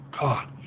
God